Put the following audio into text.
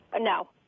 No